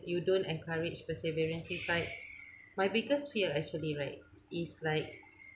you don't encourage perseverance it's like my biggest fear actually right is like